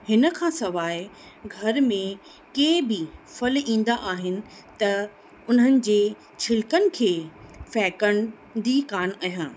हिन खां सवाइ घर में कंहिं बि फल ईंदा आहिनि त उन्हनि जे छिलिकनि खे फेकंदी कान आहियां